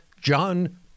John